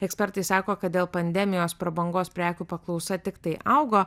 ekspertai sako kad dėl pandemijos prabangos prekių paklausa tiktai augo